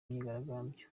myigaragambyo